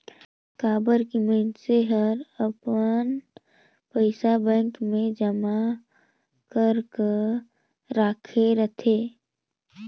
काबर की मइनसे हर अपन पइसा बेंक मे जमा करक राखे रथे